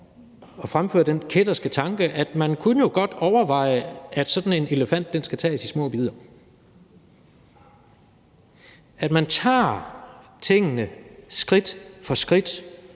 at fremføre den kætterske tanke, at man jo godt kunne overveje, at sådan en elefant skal tages i små bidder, at man altså tager tingene skridt for skridt